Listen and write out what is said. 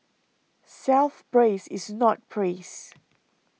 self praise is not praise